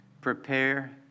prepare